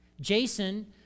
Jason